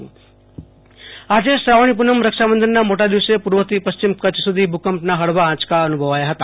આશતોષ અંતાણી ભૂકંપના આંચકા આજે શ્રાવણી પૂનમ રક્ષાબંધનના મોટા દિવસે પૂર્વથી પશ્ચિમ કચ્છ સુધી ભૂકંપના હળવા આંચકા અનુભવાયા હતા